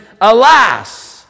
alas